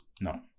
No